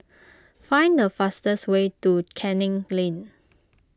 find the fastest way to Canning Lane